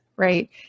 Right